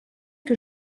que